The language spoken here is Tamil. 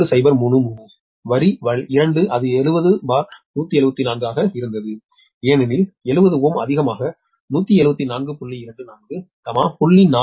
1033 வரி 2 அது 70174 ஆக இருந்தது ஏனெனில் 70Ω அதிகமாக 174